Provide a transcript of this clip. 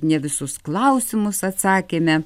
ne visus klausimus atsakėme